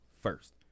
first